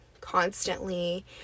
constantly